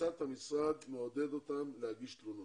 וכצד המשרד מעודד אותם להגיש תלונות.